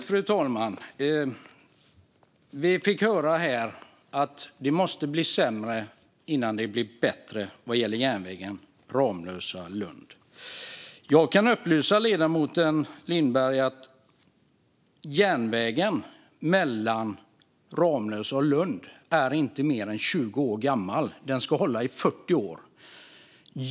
Fru talman! Vi fick höra här att det måste bli sämre innan det blir bättre vad gäller järnvägen Ramlösa-Lund. Jag kan upplysa ledamoten Lindberg om att järnvägen mellan Ramlösa och Lund inte är mer än 20 år gammal. Den ska hålla i 40 år.